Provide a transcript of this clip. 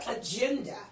agenda